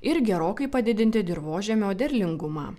ir gerokai padidinti dirvožemio derlingumą